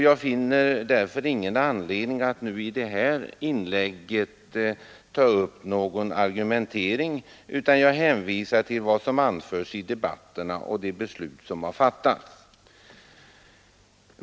Jag finner därför ingen anledning att nu i mitt inlägg ta upp någon argumentering, utan jag hänvisar till vad som anförts i debatterna och till de beslut som fattats.